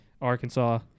Arkansas –